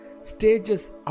stages